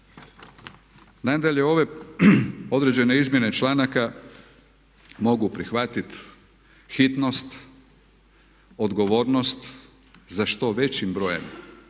Nadalje, ove određene izmjene članaka mogu prihvatiti hitnost, odgovornost za što većim brojem